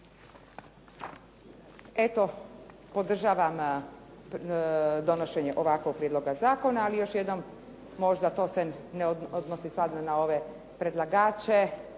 Eto, podržavam donošenje ovakvog prijedloga zakona ali još jednom možda to se ne odnosi sada na ove predlagače